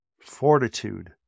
fortitude